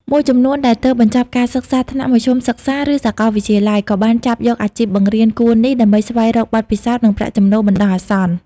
មួយចំនួនដែលទើបបញ្ចប់ការសិក្សាថ្នាក់មធ្យមសិក្សា ឬសាកលវិទ្យាល័យ ក៏បានចាប់យកអាជីពបង្រៀនគួរនេះដើម្បីស្វែងរកបទពិសោធន៍ និងប្រាក់ចំណូលបណ្តោះអាសន្ន។